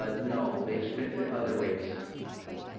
ah, no. they've spent it other ways. on homeless.